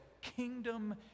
kingdom